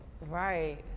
Right